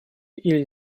или